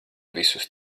visus